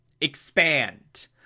expand